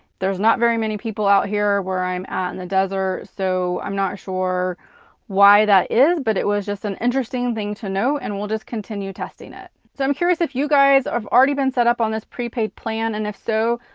there's not very many people out here where i'm at in and the desert, so i'm not sure why that is, but it was just an interesting thing to note, and we'll just continue testing it so, i'm curious if you guys have already been set up on this prepaid plan, and if so,